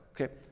Okay